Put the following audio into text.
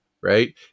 right